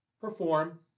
perform